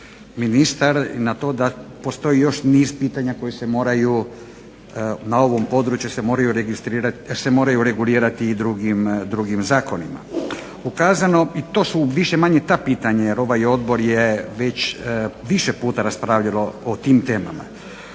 ministar na to da postoji niz pitanja koji se moraju, na ovom području se moraju regulirati i drugim zakonima. Ukazano i to su više-manje ta pitanja, jer ovaj Odbor je već više puta raspravljao o tim temama,